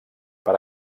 per